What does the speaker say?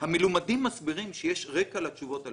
המלומדים מסבירים שיש רקע לתשובות הללו.